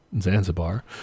Zanzibar